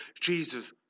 Jesus